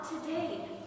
today